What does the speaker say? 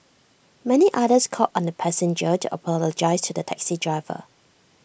many others called on the passenger to apologise to the taxi driver